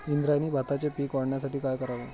इंद्रायणी भाताचे पीक वाढण्यासाठी काय करावे?